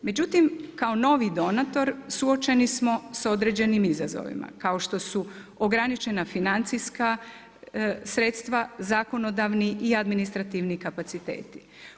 Međutim, kao novi donator suočeni smo sa određenim izazovima kao što su ograničena financijska sredstva, zakonodavni i administrativni kapaciteti.